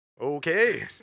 Okay